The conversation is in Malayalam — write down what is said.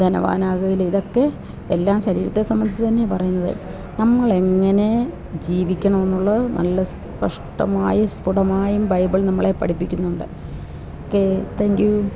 ധനവാനാകുകയില്ല ഇതൊക്കെ എല്ലാം ശരീരത്തെ സംബന്ധിച്ചു തന്നെയാണ് പറയുന്നത് നമ്മളെങ്ങനെ ജീവിക്കണം എന്നുള്ള നല്ല സ്പഷ്ടമായും സ്ഫുടമായും ബൈബിള് നമ്മളെ പഠിപ്പിക്കുന്നുണ്ട് ഓക്കേ താങ്ക് യൂ